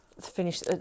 finish